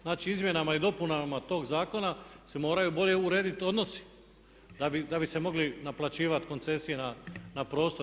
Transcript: Znači, izmjenama i dopunama tog zakona se moraju bolje urediti odnosi da bi se mogli naplaćivati koncesije na prostor.